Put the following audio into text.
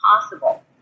possible